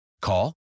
Call